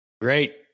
Great